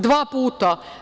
Dva puta?